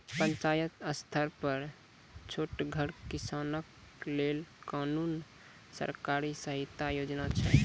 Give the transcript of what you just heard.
पंचायत स्तर पर छोटगर किसानक लेल कुनू सरकारी सहायता योजना छै?